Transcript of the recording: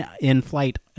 in-flight